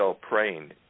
praying